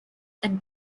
and